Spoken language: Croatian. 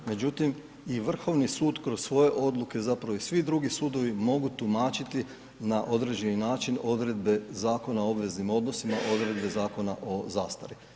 Međutim, i Vrhovni sud kroz svoje odluke zapravo i svi drugi sudovi mogu tumačiti na određeni način odredbe Zakona o obveznim odnosima, odredbe Zakona o zastari.